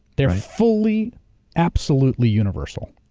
they're fully absolutely universal.